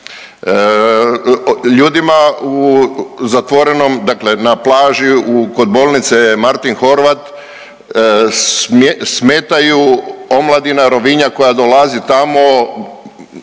Ljudima u zatvorenom dakle na plaži kod Bolnice Martin Horvat smetaju omladina Rovinja koja dolazi tamo